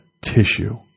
tissue